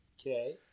Okay